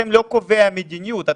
אתם לא קובעי המדיניות,